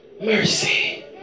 mercy